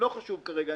לא חשוב כרגע.